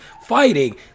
fighting